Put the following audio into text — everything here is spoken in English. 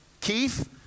Keith